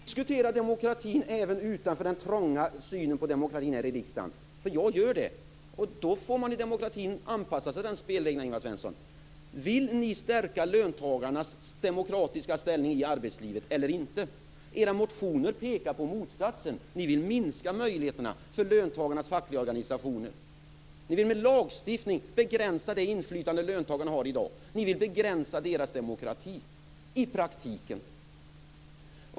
Fru talman! Jo, vi diskuterar demokratin även utanför den trånga synen på demokrati här i riksdagen. Jag gör det. Då får man i demokratin anpassa sig till de spelreglerna, Ingvar Svensson. Vill ni stärka löntagarnas demokratiska ställning i arbetslivet eller inte? Era motioner pekar på motsatsen. Ni vill minska möjligheterna för löntagarnas fackliga organisationer. Ni vill med lagstiftning begränsa det inflytande som löntagarna har i dag. Ni vill begränsa deras demokrati i praktiken.